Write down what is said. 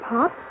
Pop